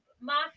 mafia